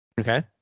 Okay